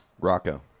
Rocco